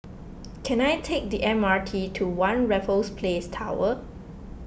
can I take the M R T to one Raffles Place Tower